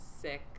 sick